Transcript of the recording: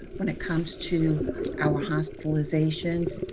when it comes to our hospitalizations.